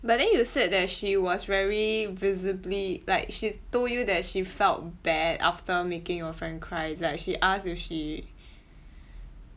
but then you said that she was very visibly like she told you that she felt bad after making your friend cry is like she asked if she